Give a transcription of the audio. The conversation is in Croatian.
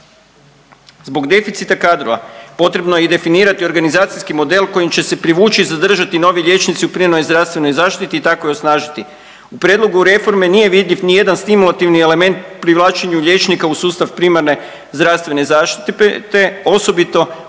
Zbog deficita kadrova potrebno je i definirati organizacijski model kojim će se privući i zadržati novi liječnici u primarnoj zdravstvenoj zaštiti i tako i osnažiti. U prijedlogu reformu nije vidljiv nijedan stimulativni element u privlačenju liječnika u sustav primarne zdravstvene zaštite, osobito